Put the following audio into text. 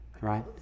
right